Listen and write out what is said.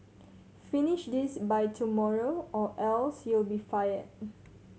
finish this by tomorrow or else you'll be fired